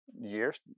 years